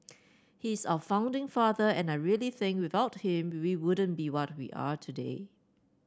he's our founding father and I really think without him we wouldn't be what we are today